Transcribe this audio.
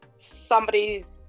somebody's